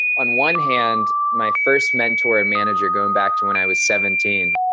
on one hand, my first mentor manager, going back to when i was seventeen,